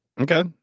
Okay